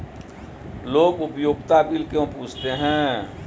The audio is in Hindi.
लोग उपयोगिता बिल क्यों पूछते हैं?